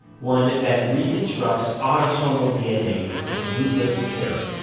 one that reconstructs autosomal dna from rootless hair.